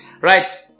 Right